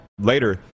later